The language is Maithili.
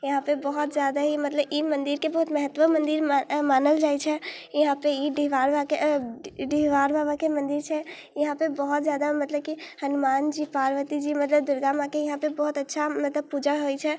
इहाँपर बहुत ज्यादा ही मतलब ई मन्दिरके बहुत महत्व मन्दिर मा मानल जाइ छै इहाँपर ई डिहबार बाबाके अएँ डिहबार बाबाके मन्दिर छै इहाँपर बहुत ज्यादा मतलब कि हनुमानजी पार्वतीजी मतलब दुर्गा माँके इहाँपर बहुत अच्छा मतलब पूजा होइ छै